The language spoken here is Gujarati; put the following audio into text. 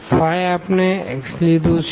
5 આપણે x લીધું છે